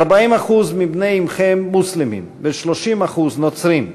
40% מבני עמכם מוסלמים ו-30% נוצרים,